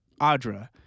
Audra